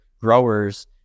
growers